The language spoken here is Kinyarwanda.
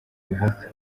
bihaha